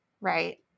Right